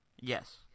Yes